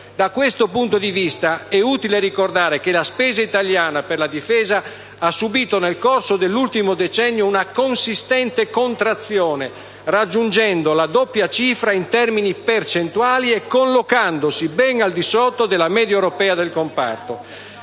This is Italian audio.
Da questo punto di vista, è utile ricordare che la spesa italiana per la difesa ha subito nel corso dell'ultimo decennio una consistente contrazione, raggiungendo la doppia cifra in termini percentuali, collocandosi ben al di sotto della media europea del comparto.